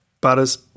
butters